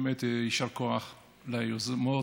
באמת יישר כוח ליוזמות,